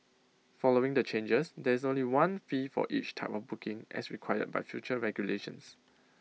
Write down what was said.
following the changes there is only one fee for each type of booking as required by future regulations